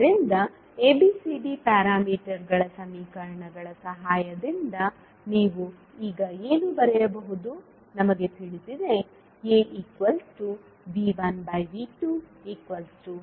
ಆದ್ದರಿಂದ ABCD ಪ್ಯಾರಾಮೀಟರ್ಗಳ ಸಮೀಕರಣಗಳ ಸಹಾಯದಿಂದ ನೀವು ಈಗ ಏನು ಬರೆಯಬಹುದು ನಮಗೆ ತಿಳಿದಿದೆ A V1V230I117I1 1